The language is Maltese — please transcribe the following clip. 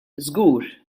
żgur